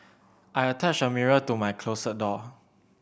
I attached a mirror to my closet door